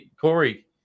Corey